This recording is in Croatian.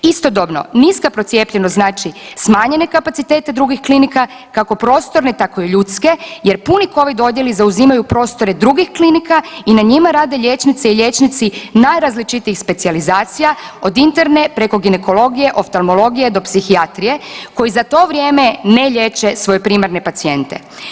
Istodobno niska procijepljenost znači smanjene kapacitete drugih klinika kako prostorne tako i ljudske jer puni covid odjeli zauzimaju prostore drugih klinika i na njima rade liječnice i liječnici najrazličitijih specijalizacija od interne preko ginekologije, oftalmologije do psihijatrije koji za to vrijeme ne liječe svoje primarne pacijente.